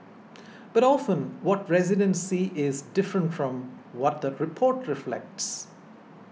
but often what residents see is different from what the report reflects